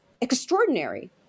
extraordinary